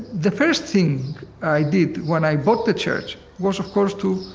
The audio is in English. the first thing i did when i bought the church was, of course, to